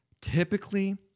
Typically